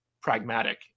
pragmatic